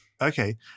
Okay